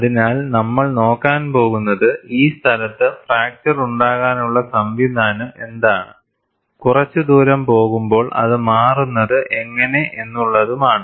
അതിനാൽ നമ്മൾ നോക്കാൻ പോകുന്നത് ഈ സ്ഥലത്ത് ഫ്രാക്ചർ ഉണ്ടാകാനുള്ള സംവിധാനം എന്താണ് കുറച്ച് ദൂരം പോകുമ്പോൾ അത് മാറുന്നത് എങ്ങനെ എന്നുള്ളതുമാണ്